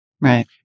Right